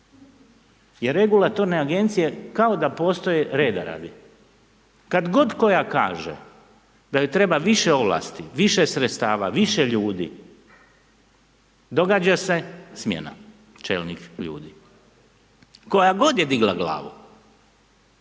jer regulatorne agencije kao da postoje reda radi. Kad god koja kaže da joj treba više ovlasti, više sredstava, više ljudi, događa se smjena čelnih ljudi. Koja god je digla glavu